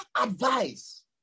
advice